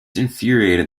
infuriated